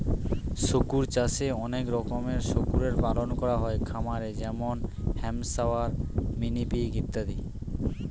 শুকর চাষে অনেক রকমের শুকরের পালন করা হয় খামারে যেমন হ্যাম্পশায়ার, মিনি পিগ ইত্যাদি